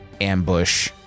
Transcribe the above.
ambush